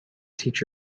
teach